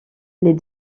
les